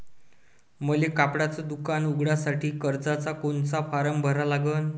मले कपड्याच दुकान उघडासाठी कर्जाचा कोनचा फारम भरा लागन?